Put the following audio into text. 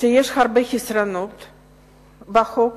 שיש הרבה חסרונות בחוק,